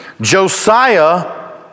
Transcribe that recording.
Josiah